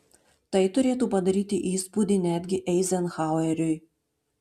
tai turėtų padaryti įspūdį netgi eizenhaueriui